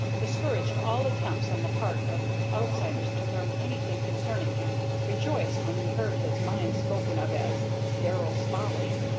discouraged all attempts on the part of outsiders to learn anything concerning him, rejoiced when he heard his mine spoken of as darrell's folly,